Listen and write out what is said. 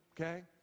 okay